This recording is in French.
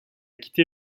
quitté